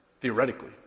Theoretically